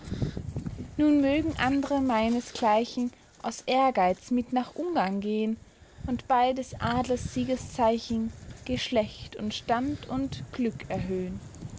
nun mögen andre meinesgleichen aus ehrgeiz mit nach ungarn gehn und bei des adlers siegeszeichen geschlecht und stand und glück erhöhn